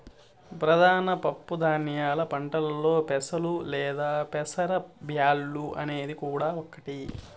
ప్రధాన పప్పు ధాన్యాల పంటలలో పెసలు లేదా పెసర బ్యాల్లు అనేది కూడా ఒకటి